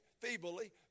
feebly